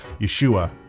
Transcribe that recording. Yeshua